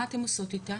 מה אתם עושות איתה?